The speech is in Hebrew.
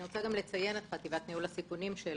אני רוצה גם לציין את חטיבת ניהול הסיכונים שלנו